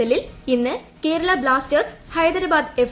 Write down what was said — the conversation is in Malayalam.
എല്ലിൽ ഇന്ന് കേരള ബ്ലാസ്റ്റേഴ്സ് ഹൈദരാബാദ് എഫ്